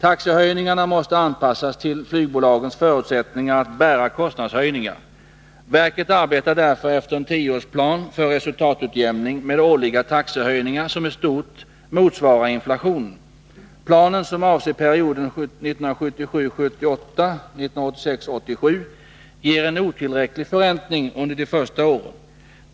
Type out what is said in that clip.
Taxehöjningarna måste anpassas till flygbolagens förutsättningar att bära kostnadshöjningar. Verket arbetar därför efter en tioårsplan för resultatutjämning, med årliga taxehöjningar som i stort motsvarar inflationen. Planen, som avser perioden 1977 87, ger en otillräcklig förräntning under de första åren.